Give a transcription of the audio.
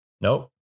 Nope